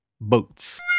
boats